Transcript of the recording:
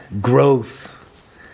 growth